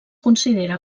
considera